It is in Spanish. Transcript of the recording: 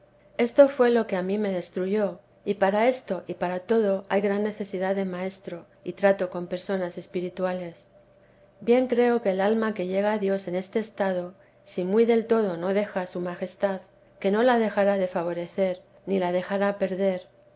esto fué lo que a mí me destruyó y para esto y para todo hay gran necesidad de maestro y trato con personas espirituales bien creo que el alma que llega a dios en este estado si muy del todo no deja a su majestad que no la dejará de favorecer ni la dejará perder